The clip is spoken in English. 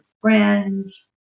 friends